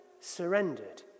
surrendered